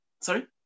Sorry